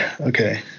okay